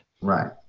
Right